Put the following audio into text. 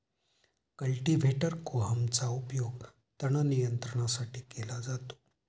cultivator कोहमचा उपयोग तण नियंत्रणासाठी केला जातो